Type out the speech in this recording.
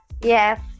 yes